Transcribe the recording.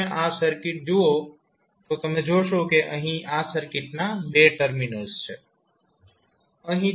જો તમે આ સર્કિટ જુઓ તો તમે જોશો કે અહીં આ સર્કિટના 2 ટર્મિનલ્સ છે